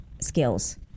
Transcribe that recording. skills